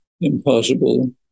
impossible